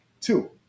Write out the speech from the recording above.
Two